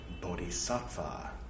bodhisattva